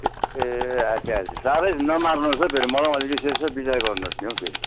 ए अच्छा अच्छा साह्रै नमार्नुहोस् है फेरि मलाई पनि अलिअलि यसो यसो विचार गर्नुहोस् नि हौ फेरि